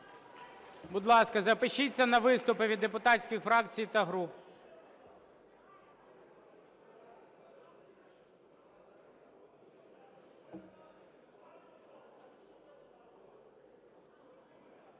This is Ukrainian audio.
Будь ласка, запишіться на виступи від депутатських фракцій та груп.